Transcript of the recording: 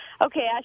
okay